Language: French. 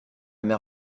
mer